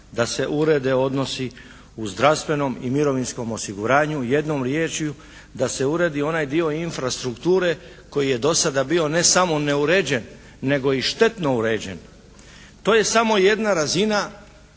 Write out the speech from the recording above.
da se urede odnosi u zdravstvenom i mirovinskom osiguranju, jednom riječju da se uredi onaj dio infrastrukture koji je do sada bio ne samo neuređen nego i štetno uređen. To je samo jedna razina